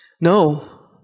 No